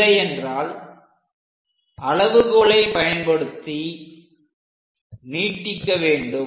இல்லை என்றால் அளவுகோலை பயன்படுத்தி நீட்டிக்க வேண்டும்